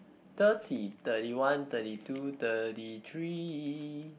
thirty thirty one thirty two thirty three